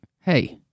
Hey